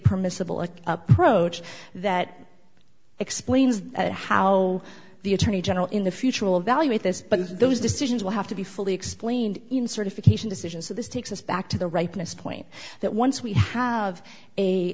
permissible approach that explains at how the attorney general in the future will evaluate this but those decisions will have to be fully explained in certification decisions so this takes us back to the ripeness point that once we have a